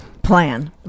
plan